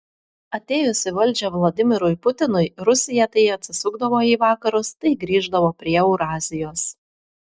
atėjus į valdžią vladimirui putinui rusija tai atsisukdavo į vakarus tai grįždavo prie eurazijos